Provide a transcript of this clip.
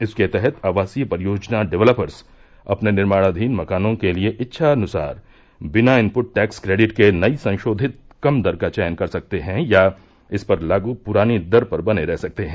इसके तहत आवासीय परियोजना डेवलपर्स अपने निर्माणाधीन मकानों के लिए इच्छानुसार बिना इनपुट टैक्स क्रेडिट के नई संशोधित कम दर का चयन कर सकते हैं या इस पर लागू पुरानी दर पर बने रह सकते हैं